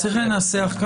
צריך לנסח.